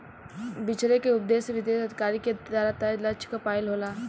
बिछरे के उपदेस विशेष अधिकारी के द्वारा तय लक्ष्य क पाइल होला